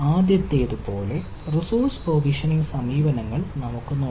ആദ്യത്തേത് പോലുള്ള resource provisioning സമീപനങ്ങളിൽ നമുക്ക് നോക്കാം